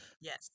yes